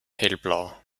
hellblau